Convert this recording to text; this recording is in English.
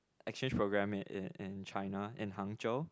exchange program in in China in Hangzhou